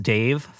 Dave